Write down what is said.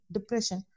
Depression